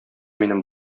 минем